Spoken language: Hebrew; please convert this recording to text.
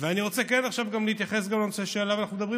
אני כן רוצה עכשיו להתייחס גם לנושא שעליו אנחנו מדברים,